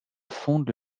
fonde